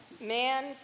man